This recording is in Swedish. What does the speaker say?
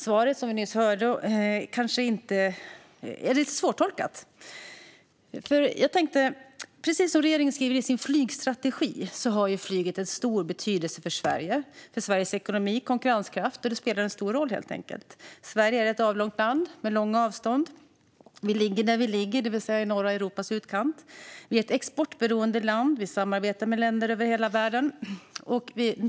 Svaret som vi nyss hörde är lite svårtolkat. Precis som regeringen skriver i sin flygstrategi har ju flyget en stor betydelse för Sverige och för Sveriges ekonomi och konkurrenskraft. Det spelar helt enkelt en stor roll. Sverige är ett avlångt land med långa avstånd. Vi ligger där vi ligger, det vill säga i norra Europas utkant. Vi är ett exportberoende land, och vi samarbetar med länder över hela världen.